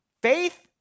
Faith